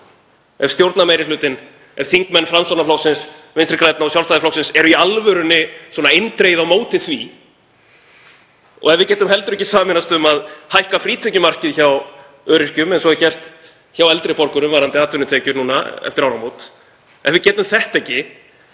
ef stjórnarmeirihlutinn, þingmenn Framsóknarflokksins, Vinstri grænna og Sjálfstæðisflokksins, er í alvörunni svona eindregið á móti því og ef við getum heldur ekki sameinast um að hækka frítekjumarkið hjá öryrkjum eins og gert er hjá eldri borgurum varðandi atvinnutekjur nú eftir áramót — ef við getum þetta ekki